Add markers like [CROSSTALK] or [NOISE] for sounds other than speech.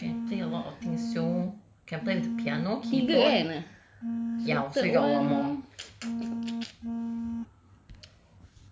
err can play a lot of things [siol] can play the piano keyboard ya still got one more [NOISE]